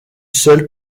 seule